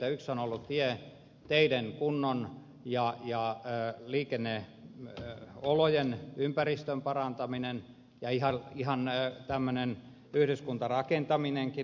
yksi on ollut teiden kunnon ja liikenneolojen ympäristön parantaminen ja ihan tämmöinen yhdyskuntarakentaminenkin